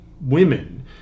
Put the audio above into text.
women